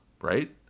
right